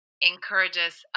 encourages